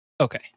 Okay